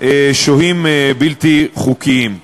שוהים בלתי חוקיים.